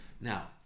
Now